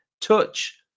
touch